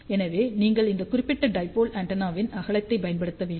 எனவே நீங்கள் இந்த குறிப்பிட்ட டைபோல் ஆண்டெனாவின் அகலத்தைப் பயன்படுத்த வேண்டும்